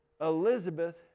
Elizabeth